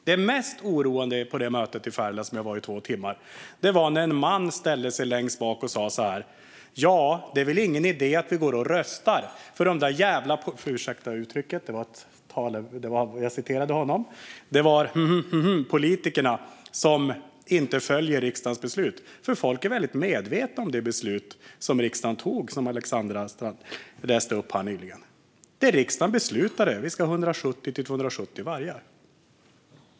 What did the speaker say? Det mest oroande på mötet i Färila, som jag var på i två timmar, var när en man ställde sig upp längst bak och sa så här: Det är väl ingen idé att vi går och röstar, för de där jävla - ursäkta uttrycket; jag citerar honom - de där hm-hm politikerna följer inte riksdagens beslut. Folk är väldigt medvetna om det beslut som riksdagen fattade, det som Alexandra läste upp här nyss. Riksdagen beslutade att vi ska ha 170-270 vargar.